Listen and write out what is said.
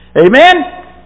Amen